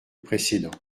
précédent